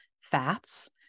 fats